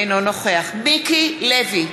אינו נוכח מיקי לוי,